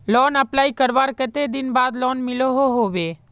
Loan apply करवार कते दिन बाद लोन मिलोहो होबे?